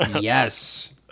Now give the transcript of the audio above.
Yes